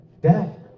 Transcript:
Death